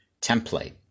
template